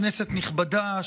כנסת נכבדה,